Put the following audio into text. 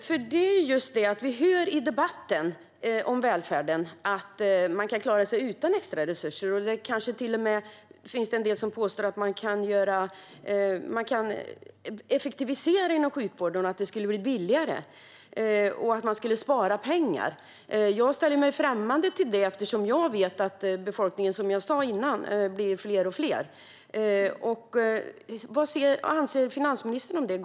Fru talman! Vi hör i debatten om välfärden att man kan klara sig utan extra resurser. Det finns till och med en del som påstår att man kan effektivisera vården så att den blir billigare, att man skulle spara pengar. Jag ställer mig främmande till det eftersom jag vet att befolkningen, som jag sa tidigare, blir allt större. Vad anser finansministern om detta?